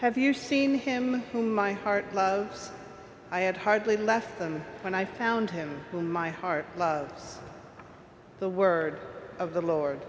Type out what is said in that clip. have you seen him to my heart loves i had hardly left them when i found him in my heart the word of the lord